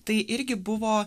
tai irgi buvo